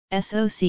SOC